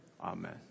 Amen